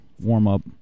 warm-up